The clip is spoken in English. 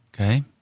Okay